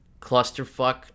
clusterfuck